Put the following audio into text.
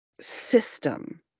system